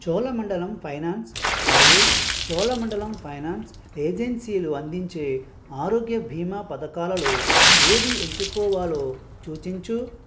Chola Mandalam finance మరియు Chola Mandalam finance ఏజన్సీలు అందించే ఆరోగ్య భీమా పథకాలలో ఏది ఎంచుకోవాలో చూచించు